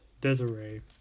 Desiree